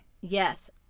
Yes